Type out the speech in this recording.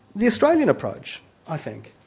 the australian approach i think,